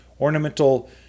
Ornamental